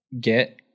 get